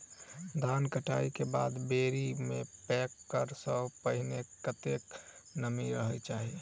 धान कटाई केँ बाद बोरी मे पैक करऽ सँ पहिने कत्ते नमी रहक चाहि?